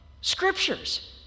Scriptures